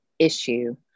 issue